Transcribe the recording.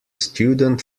student